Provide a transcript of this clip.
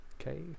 Okay